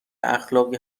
اخلاقی